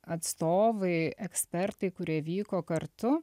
atstovai ekspertai kurie vyko kartu